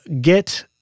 get